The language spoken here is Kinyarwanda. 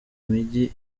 mijyi